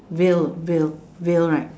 veil veil veil right